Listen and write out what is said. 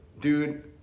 Dude